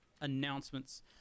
announcements